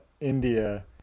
India